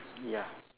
ya